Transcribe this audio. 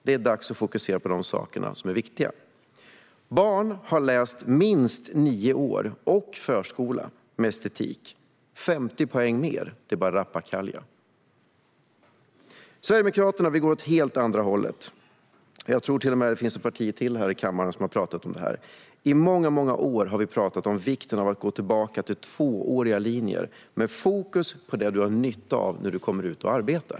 Det är dags att fokusera på det som är viktigt. Barn har läst minst nio år och förskola med estetik. Ytterligare 50 poäng är bara rappakalja. Sverigedemokraterna går åt andra hållet. Jag tror till och med att det finns ett parti till här i kammaren som har pratat om detta. I många år har vi pratat om vikten av att gå tillbaka till tvååriga linjer med fokus på det som du har nytta av när du kommer ut och arbetar.